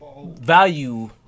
value